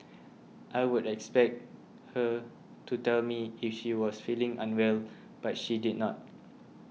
I would expect her to tell me if she was feeling unwell but she did not